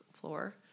floor